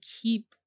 keep